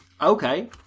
okay